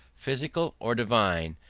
physical or divine,